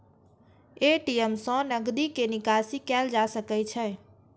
ATM सं नकदी के निकासी कैल जा सकै छै